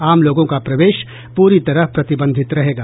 आम लोगों का प्रवेश पूरी तरह प्रतिबंधित रहेगा